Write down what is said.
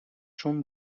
چون